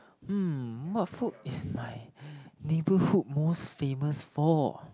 hmm what food is my neighbourhood most famous for